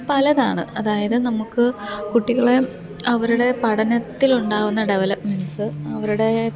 പലതാണ് അതായത് നമുക്ക് കുട്ടികളെ അവരുടെ പഠനത്തിലുണ്ടാവുന്ന ഡെവലപ്പ്മെന്റ്സ് അവരുടെ